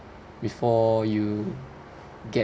before you get